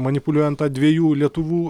manipuliuojant ta dviejų lietuvų